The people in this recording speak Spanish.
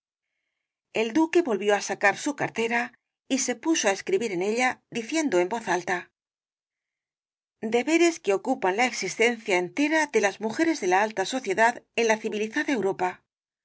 el duque volvió á sacar su cartera y se puso á escribir en ella diciendo en voz alta deberes queocupan la existencia entera de las mujeres de la alta sociedad en la civilizada europa el